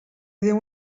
déu